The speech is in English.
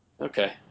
Okay